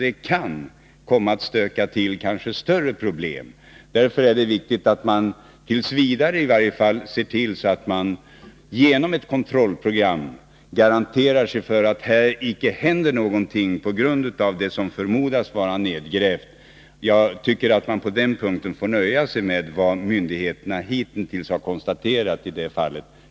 Det kan komma att skapa större problem. Därför är det viktigt att man i varje fall tills vidare ser till att man genom ett kontrollprogram garderar sig mot att här händer någonting på grund av det som förmodas vara nedgrävt. På den punkten får man alltså nöja sig med vad myndigheterna hittills har konstaterat.